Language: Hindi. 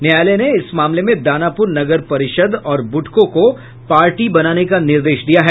न्यायालय ने इस मामले में दानापुर नगर परिषद् और बुड्को को पार्टी बनाने का निर्देश दिया है